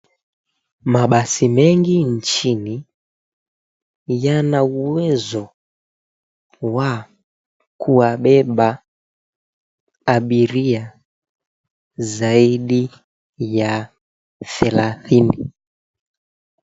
Mabasi mengi nchini, yana uwezo wa kuwabeba abiria zaidi ya thelathini.